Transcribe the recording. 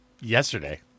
Yesterday